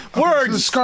Words